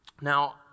Now